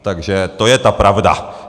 Takže to je ta pravda.